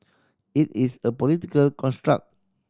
it is a political construct